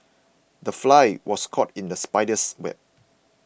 the fly was caught in the spider's web